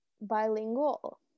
bilingual